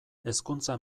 hezkuntza